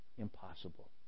Impossible